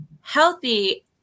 healthy